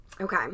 okay